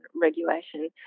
regulation